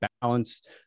balance